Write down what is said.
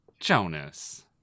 Jonas